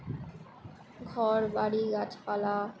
ঘর বাড়ি গাছপালা